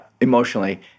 emotionally